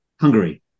Hungary